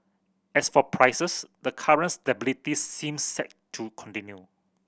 as for prices the current stability seems set to continue